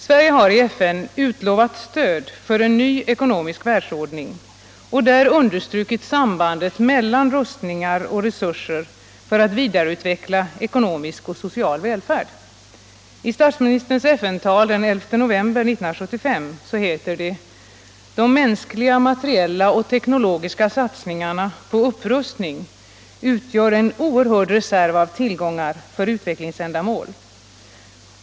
Sverige har i FN utlovat stöd för en ny ekonomisk världsordning och där understrukit sambandet mellan rustningar och resurser för att vidareutveckla ekonomisk och social välfärd. I statsministerns FN-tal den 11 november 1975 heter det: ”De mänskliga, materiella och teknologiska satsningarna på upprustning utgör en oerhörd reserv av tillgångar för utvecklingsändamål.